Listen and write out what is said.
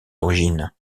origines